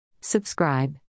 Subscribe